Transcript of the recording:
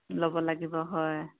ল'ব লাগিব হয়